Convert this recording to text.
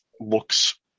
Looks